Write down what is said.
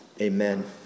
Amen